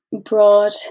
broad